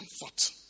Comfort